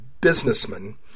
businessman